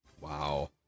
Wow